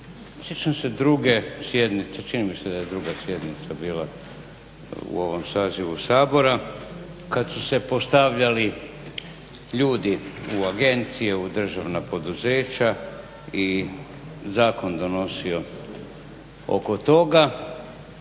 Sjećam se druge sjednice, čini mi se da je druga sjednica bila u ovom sazivu Sabora, kad su se postavljali ljudi u agencije, u državna poduzeća i zakon donosio oko toga